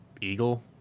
eagle